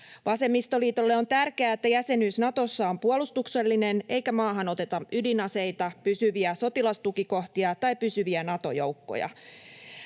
Vasemmistoliitolle on tärkeää, että jäsenyys Natossa on puolustuksellinen eikä maahan oteta ydinaseita, pysyviä sotilastukikohtia tai pysyviä Nato-joukkoja.